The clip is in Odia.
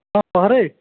ହଁ କହରେ